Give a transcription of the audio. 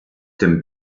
dem